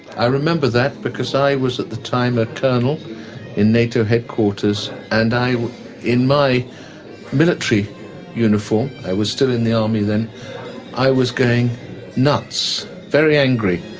i remember that, because i was at the time a colonel in nato headquarters, and in my military uniform i was still in the army then i was going nuts, very angry,